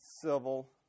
civil